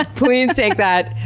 ah please take that,